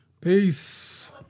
Peace